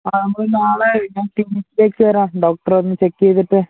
ആ നമ്മള് നാളെ ഞാൻ ക്ലിനിക്കിലേക്ക് വരാം ഡോക്ടറൊന്ന് ചെക്ക് ചെയ്തിട്ട്